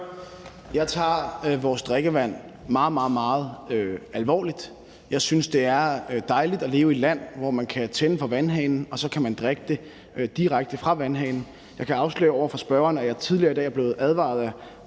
Jeg tager vores drikkevand meget, meget alvorligt. Jeg synes, det er dejligt at leve et land, hvor man kan åbne for vandhanen, og så kan man drikke direkte fra vandhanen. Jeg kan afsløre over for spørgeren, at jeg tidligere i dag er blevet advaret af